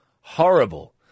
horrible